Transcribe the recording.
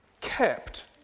kept